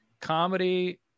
Comedy